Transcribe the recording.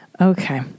Okay